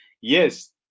Yes